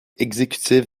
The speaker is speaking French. exécutif